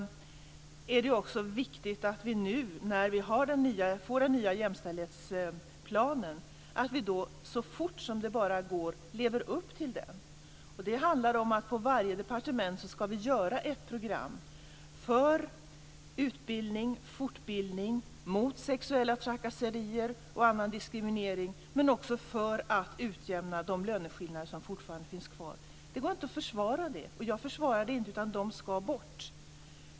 Därför är det också viktigt att vi nu, när vi får den nya jämställdhetsplanen, så fort som det bara går lever upp till den. Det handlar om att vi på varje departement ska göra ett program för utbildning och fortbildning och mot sexuella trakasserier och annan diskriminering, men också för att utjämna de löneskillnader som fortfarande finns kvar. Det går inte att försvara dem, och jag försvarar dem inte. De ska bort.